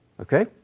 Okay